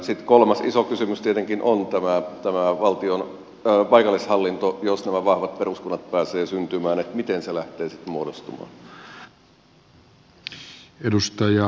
sitten kolmas iso kysymys tietenkin on tämä paikallishallinto jos nämä vahvat peruskunnat pääsevät syntymään että miten se lähtee muodostumaan